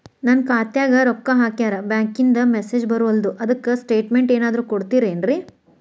ನನ್ ಖಾತ್ಯಾಗ ರೊಕ್ಕಾ ಹಾಕ್ಯಾರ ಬ್ಯಾಂಕಿಂದ ಮೆಸೇಜ್ ಬರವಲ್ದು ಅದ್ಕ ಸ್ಟೇಟ್ಮೆಂಟ್ ಏನಾದ್ರು ಕೊಡ್ತೇರೆನ್ರಿ?